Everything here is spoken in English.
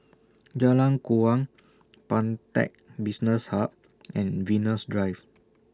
Jalan Kuang Pantech Business Hub and Venus Drive